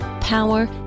power